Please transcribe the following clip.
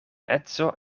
edzo